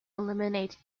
eliminate